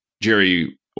Jerry